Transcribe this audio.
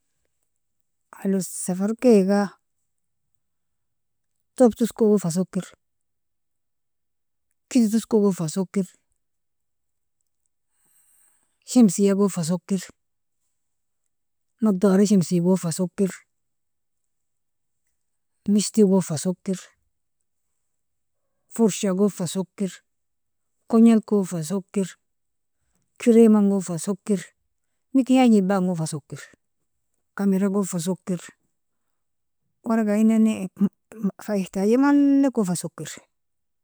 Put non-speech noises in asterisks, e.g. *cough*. Aylon safarkega, tob toskogon fa soker. Keti toskogon fa soker, shemsiagon fa soker, nadara shemsiagon fa soker, mishtigon fa soker, forshagon fa soker, konjilko fa soker, karimangon fa soker, mikyaj eilbango fa soker, kameragon fa soker, warag inani *hesitation* fa ihtaji malika fa soker. Aylon safarkega, tob tuskogon fa sokir, kitti tuskogon fa sokir, shemsiagon fa sokir, nadara shemsiagon fa sokir, mishtigon fa sokir, furshagon fa sokir, kognal kon fa sokir, kieamangon fa sokir, mikyajin ilba'angon fa sokir, kamiragon fa sokir, warag ayin nane *hesitation* fa ihtaji mallekon fa sokir.